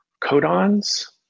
codons